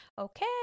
Okay